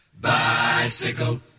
Bicycle